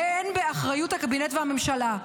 והן באחריות הקבינט והממשלה".